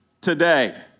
today